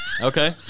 Okay